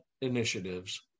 initiatives